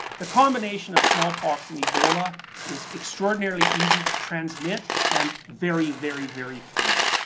the combination of smallpox and ebola is extraordinarily easy to transmit and very very very fatal.